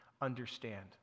understand